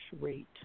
rate